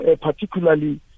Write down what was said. particularly